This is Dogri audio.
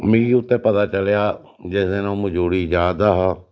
मिगी उत्थै पता चलेआ जिस दिन आ'ऊं मजोड़ी जा दा हा